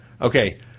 Okay